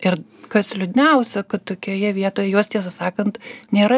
ir kas liūdniausia kad tokioje vietoj juos tiesą sakant nėra